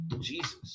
Jesus